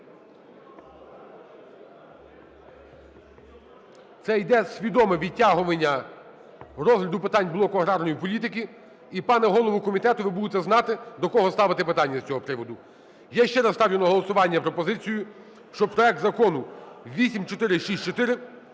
Це йде свідоме відтягування розгляду питань блоку аграрної політики. І, пане голово комітету, ви будете знати, до кого ставити питання з цього приводу. Я ще раз ставлю на голосування пропозицію, щоби проект Закону 8464